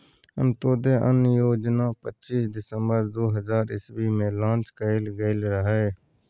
अंत्योदय अन्न योजना पच्चीस दिसम्बर दु हजार इस्बी मे लांच कएल गेल रहय